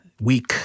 weak